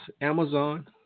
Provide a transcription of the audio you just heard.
Amazon